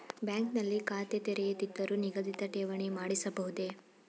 Bank ನಲ್ಲಿ ಖಾತೆ ತೆರೆಯದಿದ್ದರೂ ನಿಗದಿತ ಠೇವಣಿ ಮಾಡಿಸಬಹುದೇ?